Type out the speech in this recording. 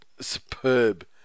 Superb